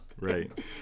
Right